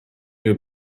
you